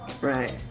Right